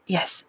Yes